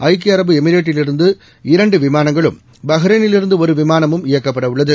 ஐக்கிய அரபு எமிரேட்டிலிருந்து இரண்டு விமானங்களும் பஹ்ரைனில் இருந்து ஒரு விமானமும் இயக்கப்பட உள்ளது